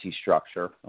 structure